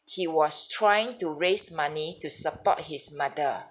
he was trying to raise money to support his mother